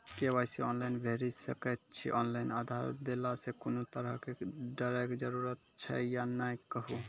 KYC online भैरि सकैत छी, ऑनलाइन आधार देलासॅ कुनू तरहक डरैक जरूरत छै या नै कहू?